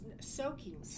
Soaking